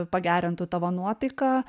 pagerintų tavo nuotaiką